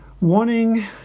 wanting